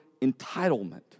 entitlement